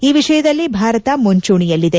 ಈ ವಿಷಯದಲ್ಲಿ ಭಾರತ ಮುಂಚೂಣಿಯಲ್ಲಿದೆ